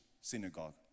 synagogue